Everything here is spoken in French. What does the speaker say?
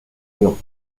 léon